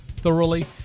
thoroughly